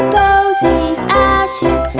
posies ah ashes,